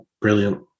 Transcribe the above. Brilliant